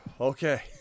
Okay